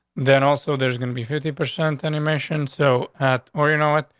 then also, there's gonna be fifty percent animation so at or you know what,